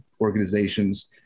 organizations